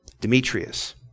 Demetrius